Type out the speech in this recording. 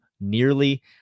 nearly